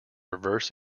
reverse